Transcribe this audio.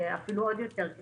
זה רק